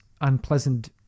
unpleasant